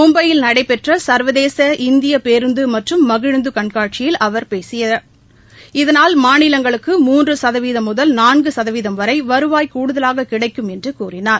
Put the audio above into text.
மும்பையில் நடைபெற்ற சா்வதேச இந்திய பேருந்து மற்றும் மகிழுந்து கண்காட்சியில் பேசிய அவா் இதனால் மாநிலங்களுக்கு மூன்று சதவீதம் முதல் நான்கு சதவீதம் வரை வருவாய் கூடுதலாக கிடைக்கும் என்று கூறினார்